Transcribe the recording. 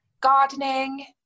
Gardening